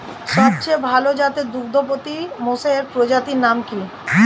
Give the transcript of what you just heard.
সবচেয়ে ভাল জাতের দুগ্ধবতী মোষের প্রজাতির নাম কি?